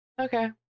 Okay